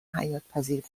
حیاتپذیر